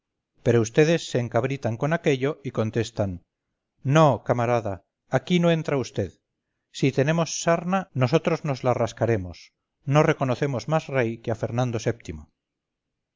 pero vds se encabritan con aquello y contestan no camarada aquí no entra vd si tenemos sarna nosotros nos la rascaremos no reconocemos más rey que a fernando